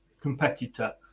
competitor